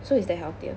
so is that healthier